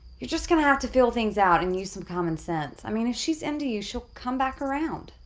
you're just gonna have to feel things out and use some common sense. i mean if she's into you, she'll come back around.